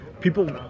people